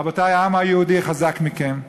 רבותי, העם היהודי חזק מכם.